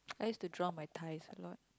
I used to draw my thighs a lot